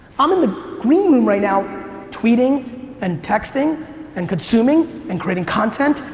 i'm in the green room right now tweeting and texting and consuming and creating content.